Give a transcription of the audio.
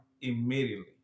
immediately